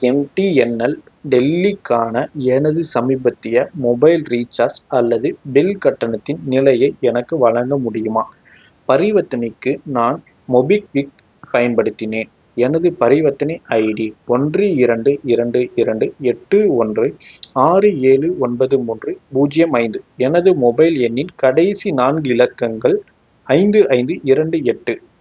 MTNL டெல்லிக்கான எனது சமீபத்திய மொபைல் ரீசார்ஜ் அல்லது பில் கட்டணத்தின் நிலையை எனக்கு வழங்க முடியுமா பரிவர்த்தனைக்கு நான் மொபிக்விக் பயன்படுத்தினேன் எனது பரிவர்த்தனை ஐடி ஒன்று இரண்டு இரண்டு இரண்டு எட்டு ஒன்று ஆறு ஏழு ஒன்பது மூன்று பூஜ்ஜியம் ஐந்து எனது மொபைல் எண்ணின் கடைசி நான்கு இலக்கங்கள் ஐந்து ஐந்து இரண்டு எட்டு